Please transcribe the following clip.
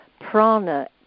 prana